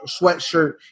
sweatshirt